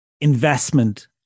investment